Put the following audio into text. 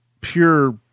pure